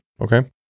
Okay